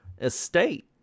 estate